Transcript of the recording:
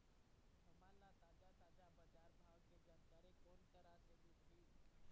हमन ला ताजा ताजा बजार भाव के जानकारी कोन करा से मिलही?